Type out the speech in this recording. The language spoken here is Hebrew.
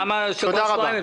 למה שבוע שבועיים?